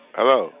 Hello